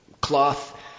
cloth